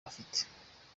bafite